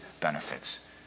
benefits